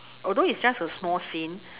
although it's just a small scene